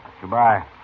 Goodbye